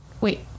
Wait